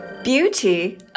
beauty